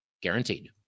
guaranteed